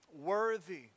Worthy